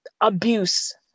abuse